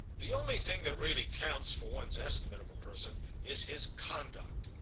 the only thing that really counts for one's estimate of a person is his conduct.